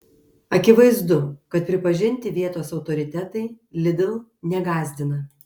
akivaizdu kad pripažinti vietos autoritetai lidl negąsdina